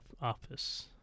office